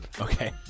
Okay